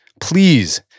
Please